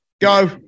Go